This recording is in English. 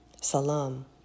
salam